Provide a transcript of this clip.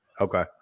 Okay